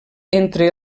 entre